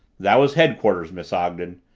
that was headquarters, miss ogden.